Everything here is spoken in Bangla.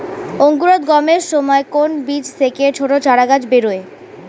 অঙ্কুরোদ্গমের সময় কোন বীজ থেকে ছোট চারাগাছ বেরোয়